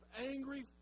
angry